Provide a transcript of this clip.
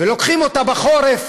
ולוקחים אותה בחורף.